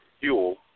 Fuel